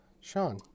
Sean